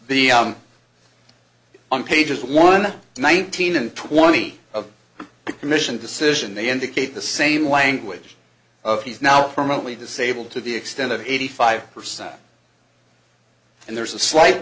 the on pages one one thousand and twenty of the commission decision they indicate the same language of he's now permanently disabled to the extent of eighty five percent and there's a slight